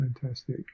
fantastic